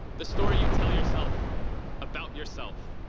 the story you tell yourself about yourself.